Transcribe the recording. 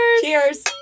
cheers